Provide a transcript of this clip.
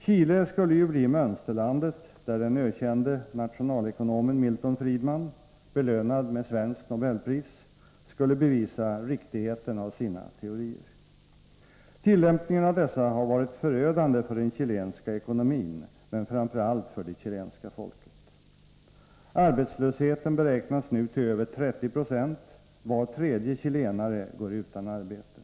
Chile skulle ju bli mönsterlandet där den ökände nationalekonomen Milton Friedman — belönad med svenskt Nobelpris — skulle bevisa riktigheten av sina teorier. Tillämpningen av dessa har varit förödande för den chilenska ekonomin, men framför allt för det chilenska folket. Arbetslösheten beräknas nu till över 3076 — var tredje chilenare går utan arbete.